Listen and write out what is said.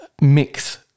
mix